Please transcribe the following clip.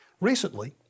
Recently